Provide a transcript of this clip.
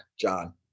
John